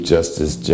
Justice